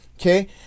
Okay